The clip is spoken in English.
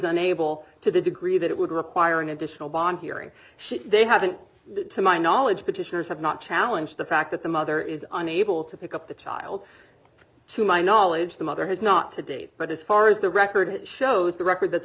unable to the degree that it would require an additional bond hearing she they haven't to my knowledge petitioners have not challenge the fact that the mother is unable to pick up the child to my knowledge the mother has not to date but as far as the record shows the record that's